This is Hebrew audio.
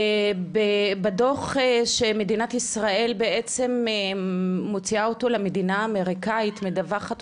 שתיים בדו"ח שמדינת ישראל בעצם מדווחת אותו למדינת ארה"ב.